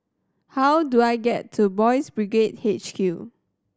how do I get to Boys' Brigade H Q